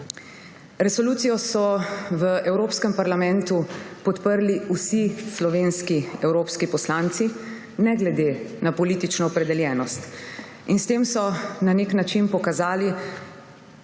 Resolucijo so v Evropskem parlamentu podprli vsi slovenski evropski poslanci ne glede na politično opredeljenost. S tem so na nek način pokazali